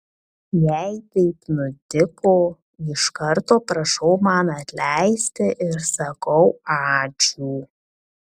jei taip nutiko iš karto prašau man atleisti ir sakau ačiū